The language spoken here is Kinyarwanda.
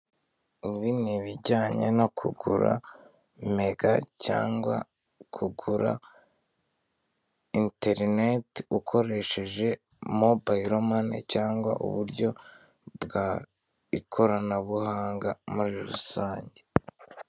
Ibi nibijyanye no kugura mega cyangwa kugura interineti, ukoresheje mobayiromane cyangwa uburyo bw' ikoranabuhanga muri rusange.